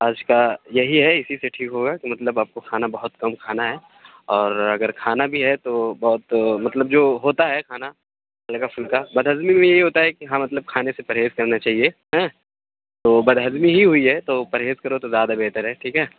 آج کا یہی ہے اسی سے ٹھیک ہوگا کہ مطلب آپ کو کھانا بہت کم کھانا ہے اور اگر کھانا بھی ہے تو بہت مطلب جو ہوتا ہے کھانا ہلکا پھلکا بدہضمی میں یہی ہوتا ہے کہ ہاں مطلب کھانے سے پرہیز کرنا چاہیے ہاں تو بدہضمی ہی ہوئی ہے تو پرہیز کرو تو زیادہ بہتر ہے ٹھیک ہے